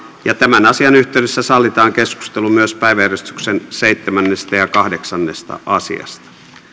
tämän asian yhteydessä sallitaan keskustelu myös päiväjärjestyksen seitsemäs ja kahdeksannesta asiasta